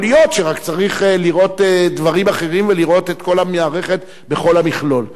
יכול להיות שרק צריך לראות דברים אחרים ולראות את כל המערכת בכל המכלול.